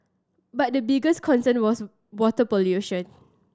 but the biggest concern was water pollution